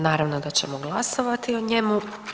Naravno da ćemo glasovati o njemu.